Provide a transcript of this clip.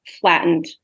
flattened